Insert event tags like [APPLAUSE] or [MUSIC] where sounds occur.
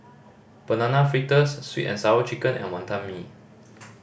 Banana Fritters Sweet And Sour Chicken and Wantan Mee [NOISE]